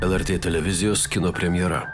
lrt televizijos kino premjera